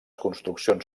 construccions